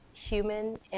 Human